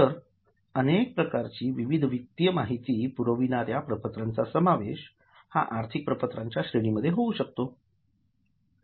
तर अनेक प्रकारची विविध वित्तीय माहिती पुरविणाऱ्या प्रपत्रांचा समावेश हा आर्थिक प्रपत्रांच्या श्रेणीमध्ये होवू शकतो